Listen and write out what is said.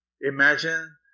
Imagine